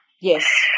Yes